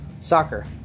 soccer